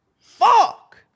Fuck